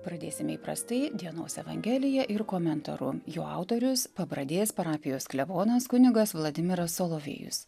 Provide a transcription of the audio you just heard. pradėsime įprastai dienos evangelija ir komentaru jo autorius pabradės parapijos klebonas kunigas vladimiras solovėjus